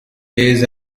days